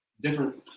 different